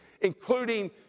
including